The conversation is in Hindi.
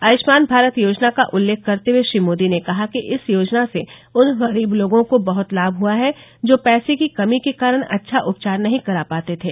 आयकमान भारत योजना का उल्लेख करते हुए श्री मोदी ने कहा कि इस योजना से उन गरीब लोगों को बहुत लाभ हुआ है जो पैसे की कमी के कारण अच्छा उपचार नहीं करा पाते थे